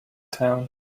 town